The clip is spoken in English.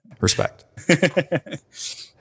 Respect